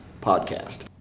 Podcast